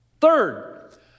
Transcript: Third